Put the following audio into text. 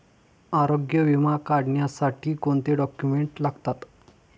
आरोग्य विमा काढण्यासाठी कोणते डॉक्युमेंट्स लागतात?